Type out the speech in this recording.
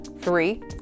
Three